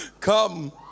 Come